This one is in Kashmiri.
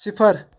صِفَر